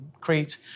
Crete